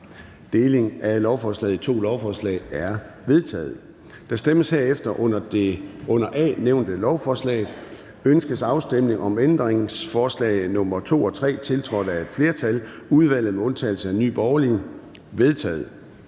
Delingen af lovforslaget i to lovforslaget er vedtaget. Der stemmes herefter om det under A nævnte lovforslag: Ønskes afstemning om ændringsforslag nr. 2 og 3, tiltrådt af et flertal (udvalget med undtagelse af NB)? De er vedtaget.